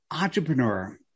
entrepreneur